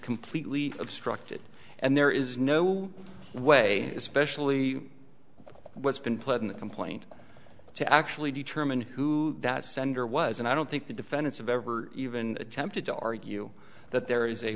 completely obstructed and there is no way especially what's been played in the complaint to actually determine who that sender was and i don't think the defendants have ever even attempted to argue that there is a